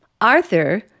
Arthur